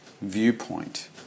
viewpoint